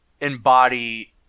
embody